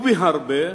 ובהרבה,